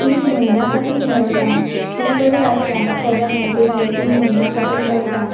तीन म्हयन्यां खातीर मेळटा हें बरें आसा सेव्हन नायटी नायन तीन म्हयन्यां खातीर मेळटा